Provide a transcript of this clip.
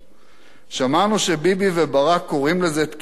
"שמענו שביבי וברק קוראים לזה 'תקיפה באירן'